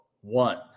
One